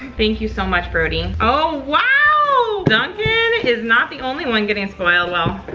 thank you so much, brody. oh, wow! duncan is not the only one getting spoiled. well,